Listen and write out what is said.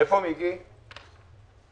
אני פותח את ישיבת ועדת הכספים.